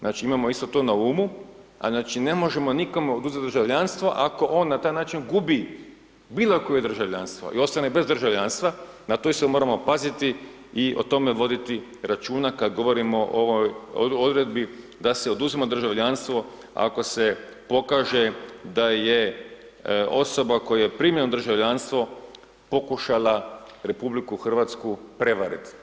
Znači imamo isto to na umu a znači ne možemo nikome oduzeti državljanstvo ako on na taj način gubi bilo koje državljanstvo i ostane bez državljanstva, na to isto moramo paziti i o tome voditi računa kada govorimo o ovoj odredbi da se oduzima državljanstvo ako se pokaže da je osoba koja je primljena u državljanstvo pokušala RH prevariti.